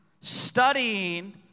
studying